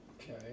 Okay